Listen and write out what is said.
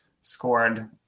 scored